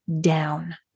down